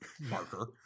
marker